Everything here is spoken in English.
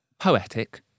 poetic